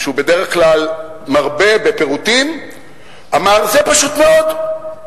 שהוא בדרך כלל מרבה בפירוטים אמר: "זה פשוט מאוד,